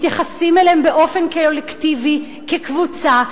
מתייחסים אליהם באופן קולקטיבי, כקבוצה.